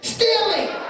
Stealing